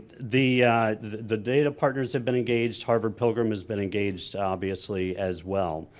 the the data partners have been engaged harvard-pilgrim has been engaged obviously as well.